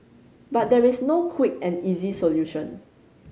but there is no quick and easy solution